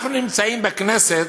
אנחנו נמצאים בכנסת